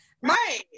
Right